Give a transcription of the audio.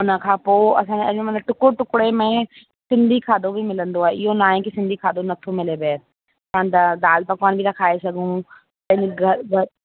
हुन खां पोइ असांजे माना टुकुर टुकुड़े में सिंधी खाधो बि मिलंदो आहे इहो न आहे की सिंधी खाधो नथो मिले ॿाहिरि असांजा दाल पकवान बि था खाई सघूं पंहिंजी घर बर